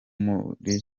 muri